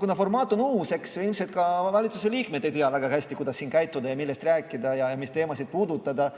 Kuna formaat on uus, siis ilmselt ka valitsuse liikmed ei tea väga hästi, kuidas siin käituda, millest rääkida ja mis teemasid puudutada.